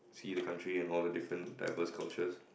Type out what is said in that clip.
see the country and all the different diverse cultures